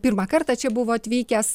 pirmą kartą čia buvo atvykęs